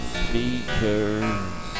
speakers